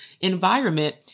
environment